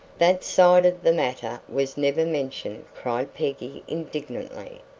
that side of the matter was never mentioned, cried peggy indignantly,